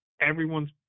everyone's